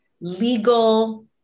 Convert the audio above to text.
legal